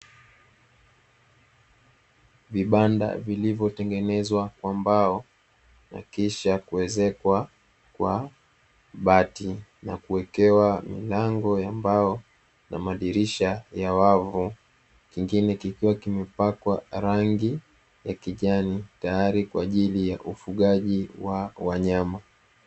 Vibanda vilivyotengenezwa kwa mbao na kisha kuezekwa kwa bati na kuekewa milango ya mbao na madirisha ya wavu, kingine kikiwa kimepakwa rangi ya kijani tayari kwa ajili ya ufugaji wa wanyama.